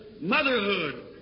motherhood